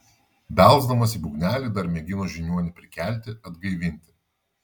belsdamas į būgnelį dar mėgino žiniuonį prikelti atgaivinti